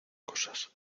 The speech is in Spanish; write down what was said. cosas